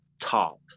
top